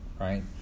right